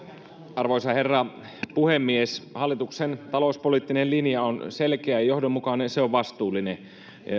arvoisa herra puhemies hallituksen talouspoliittinen linja on selkeä ja johdonmukainen se on vastuullinen